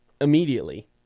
immediately